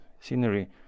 scenery